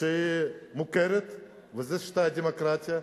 וזה שיטת הדמוקרטיה,